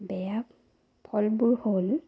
বেয়া ফলবোৰ হ'ল